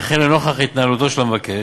וכן לנוכח התנהלותו של המבקש,